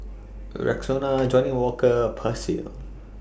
Rexona Johnnie Walker and Persil